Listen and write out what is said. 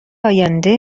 آینده